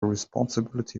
responsibility